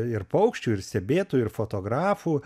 ir paukščių ir stebėtų ir fotografų